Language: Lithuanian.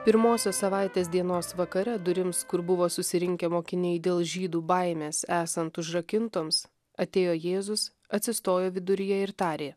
pirmosios savaitės dienos vakare durims kur buvo susirinkę mokiniai dėl žydų baimės esant užrakintoms atėjo jėzus atsistojo viduryje ir tarė